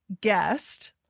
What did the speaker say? guest